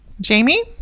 Jamie